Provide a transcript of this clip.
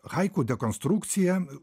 haiku dekonstrukcija